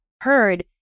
heard